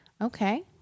Okay